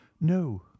no